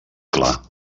clar